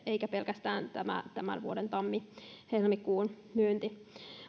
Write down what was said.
eikä pelkästään tämän vuoden tammi helmikuun myynti